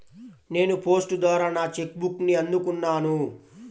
నేను పోస్ట్ ద్వారా నా చెక్ బుక్ని అందుకున్నాను